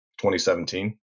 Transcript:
2017